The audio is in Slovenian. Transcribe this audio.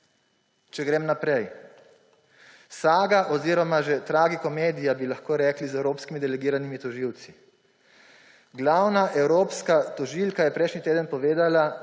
Če grem naprej, saga oziroma že tragikomedija, bi lahko rekli, z evropskimi delegiranimi tožilci. Glavna evropska tožilka je prejšnji teden povedala,